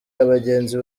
abagenzi